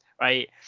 right